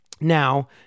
Now